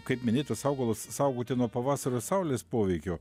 kaip minėtus augalus saugoti nuo pavasario saulės poveikio